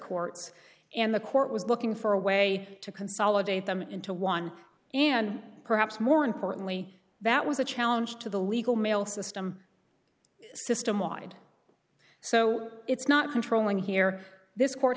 courts and the court was looking for a way to consolidate them into one and perhaps more importantly that was a challenge to the legal mail system system wide so it's not controlling here this court